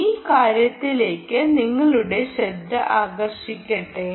ഈ കാര്യത്തിലേക്ക് നിങ്ങളുടെ ശ്രദ്ധ ആകർഷിക്കട്ടെ